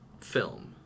film